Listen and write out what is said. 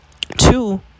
Two